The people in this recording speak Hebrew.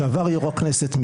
יושב-ראש הכנסת לשעבר,